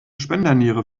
spenderniere